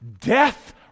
Death